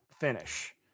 finish